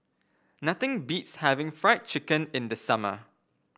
nothing beats having Fried Chicken in the summer